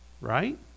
Right